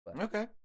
Okay